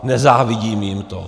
Nezávidím jim to.